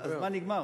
הזמן נגמר.